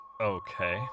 Okay